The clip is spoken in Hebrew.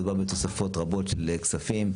מדובר בתוספות רבות של כספים.